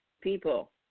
people